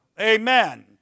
Amen